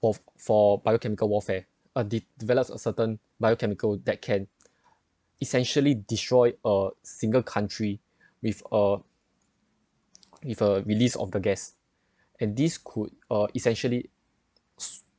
of for biochemical warfare uh developed a certain biochemical that can essentially destroy a single country with a with a release of the gas and this could uh essentially